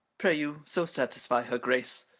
pray you so satisfy her grace.